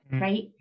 Right